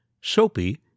Soapy